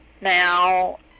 now